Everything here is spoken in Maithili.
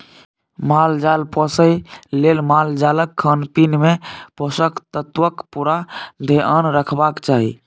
माल जाल पोसय लेल मालजालक खानपीन मे पोषक तत्वक पुरा धेआन रखबाक चाही